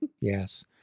Yes